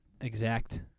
exact